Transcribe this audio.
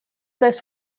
this